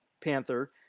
Panther